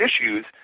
issues